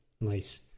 Nice